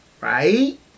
right